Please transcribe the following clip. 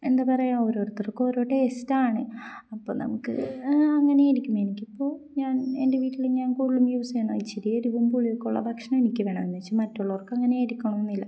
എന്താണ് പറയുക ഓരോരുത്തർക്കും ഓരോ ടേസ്റ്റാണ് അപ്പം നമുക്ക് അങ്ങനെ ആയിരിക്കും എനിക്ക് ഇപ്പോൾ ഞൻ എൻ്റെ വീട്ടിൽ ഞാൻ കൂടുതലും യൂസ് ചെയ്യുന്നത് ഇച്ചിരി എരിവും പുളിയുമൊക്കെയുള്ള ഭക്ഷണം എനിക്ക് വേണം എന്നു വച്ചാൽ മറ്റുള്ളവർക്ക് അങ്ങനെ ആയിരിക്കണമെന്നില്ല